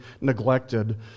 neglected